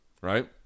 right